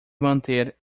manter